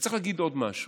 וצריך להגיד עוד משהו: